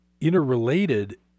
interrelated